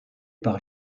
par